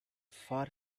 far